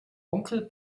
onkel